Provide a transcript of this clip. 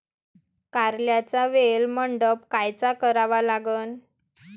कारल्याचा वेल मंडप कायचा करावा लागन?